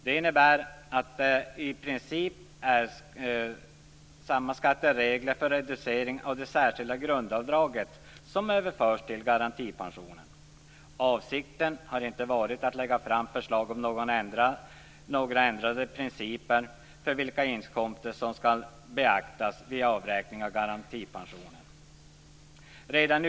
Det innebär att det i princip är skattereglerna för reducering av det särskilda grundavdraget som överförs till garantipensionen. Avsikten har inte varit att lägga fram förslag om några ändrade principer för vilka inkomster som skall beaktas vid avräkning av garantipensionen.